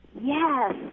yes